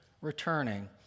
returning